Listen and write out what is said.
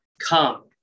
Come